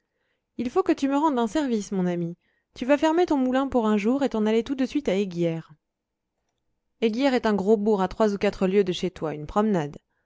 il faut que tu me rendes un service mon ami tu vas fermer ton moulin pour un jour et t'en aller tout de suite à eyguières eyguières est un gros bourg à trois ou quatre lieues de chez toi une promenade